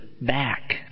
back